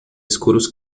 escuros